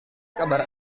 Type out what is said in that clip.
kabar